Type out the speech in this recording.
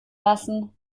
lassen